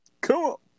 Cool